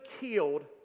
killed